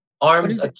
Arms